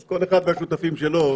אז כל אחד והשותפים שלו.